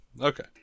okay